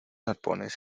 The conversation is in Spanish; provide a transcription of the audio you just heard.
arpones